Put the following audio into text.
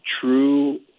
true